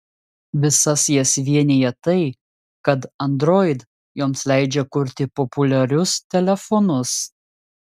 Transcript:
visas jas vienija tai kad android joms leidžia kurti populiarius telefonus